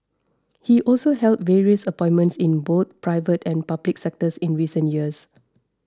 he also held various appointments in both private and public sectors in recent years